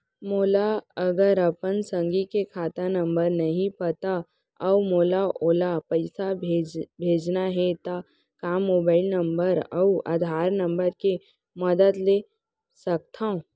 मोला अगर अपन संगी के खाता नंबर नहीं पता अऊ मोला ओला पइसा भेजना हे ता का मोबाईल नंबर अऊ आधार नंबर के मदद ले सकथव?